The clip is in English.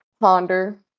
ponder